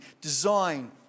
design